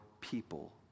people